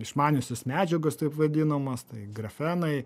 išmaniosios medžiagos taip vadinamos tai grafenai